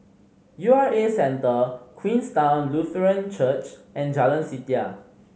U R A Centre Queenstown Lutheran Church and Jalan Setia